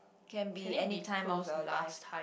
can be any time of your life